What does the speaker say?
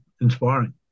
inspiring